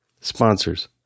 Sponsors